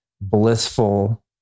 blissful